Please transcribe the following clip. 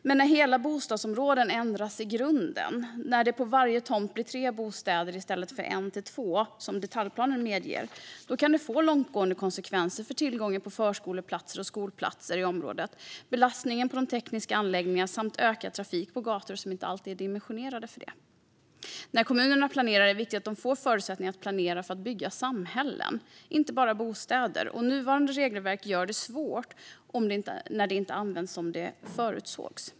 Men när hela bostadsområden ändras i grunden och det på varje tomt blir tre bostäder i stället för en till två, som detaljplanen medger, kan det få långtgående konsekvenser för tillgången till förskoleplatser och skolplatser i området, belastningen på tekniska anläggningar samt ökad trafik på gator som inte alltid är dimensionerade för det. När kommunerna planerar är det viktigt att de får förutsättningar för att planera för att bygga samhällen, inte bara bostäder. Nuvarande regelverk gör det svårt när det används som förutsett.